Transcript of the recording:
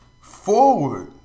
forward